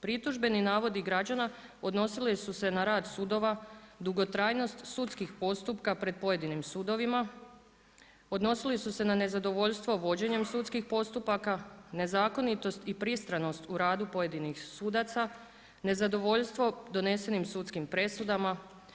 Pritužbeni navodi građana odnosili su se na rad sudova, dugotrajnost sudskih postupaka pred pojedinim sudovima, odnosili su se na nezadovoljstvo vođenjem sudskih postupaka, nezakonitost i pristranost u radu pojedinih sudaca, nezadovoljstvo donesenim sudskim presudama.